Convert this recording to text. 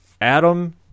Adam